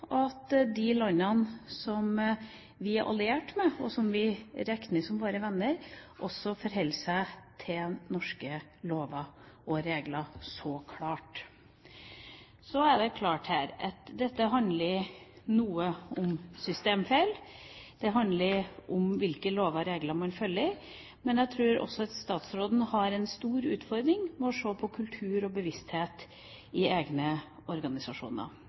at de landene som vi er allierte med, og som vi regner som våre venner, også forholder seg til norske lover og regler, så klart. Så er det klart her at dette handler noe om systemfeil, det handler om hvilke lover og regler man følger, men jeg tror også at statsråden har en stor utfordring når det gjelder å se på kultur og bevissthet i egne organisasjoner.